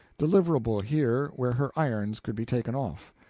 deliverable here where her irons could be taken off.